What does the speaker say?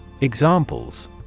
Examples